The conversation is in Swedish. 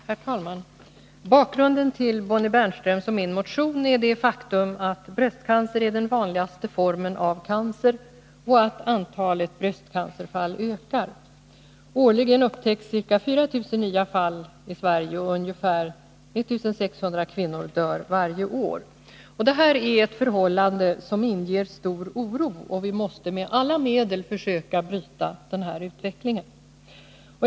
Herr talman! Bakgrunden till Bonnie Bernströms och min motion är det faktum att bröstcancer är den vanligaste formen av cancer och att antalet bröstcancerfall ökar. Årligen upptäcks ca 4 000 nya fall i vårt land, och ungefär 1 600 kvinnor dör varje år. Det här är ett förhållande som inger stor oro. Vi måste med alla medel försöka bryta denna utveckling.